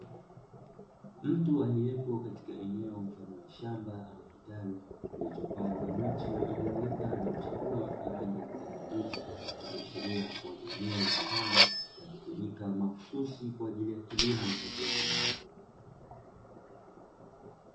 Mtu aliyepo katika eneo mfano wa shamba ama kitalu kilichopandwa miche iliyoota na kuchipua kwa rangi ya kijani kibichi, ikiashiria kuwa ni eneo la shamba linalotumika mahususi kwa ajili kilimo cha viwanda.